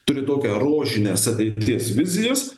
turiu tokią rožines ateities vizijas